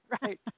right